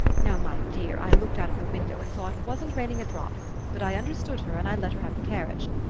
now, my dear, i looked out of the window, and saw it wasn't raining a drop but i understood her, and i let her have the carriage.